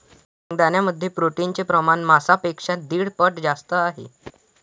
शेंगदाण्यांमध्ये प्रोटीनचे प्रमाण मांसापेक्षा दीड पट जास्त आहे